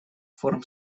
форм